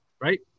right